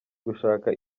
gushaka